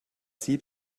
sieb